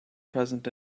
present